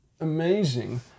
amazing